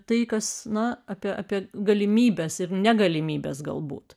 tai kas na apie apie galimybes ir negalimybes galbūt